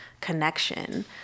connection